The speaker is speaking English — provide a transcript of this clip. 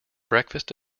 breakfast